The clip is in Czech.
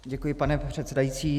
Děkuji, pane předsedající.